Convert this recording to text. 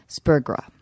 Spurgra